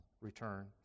return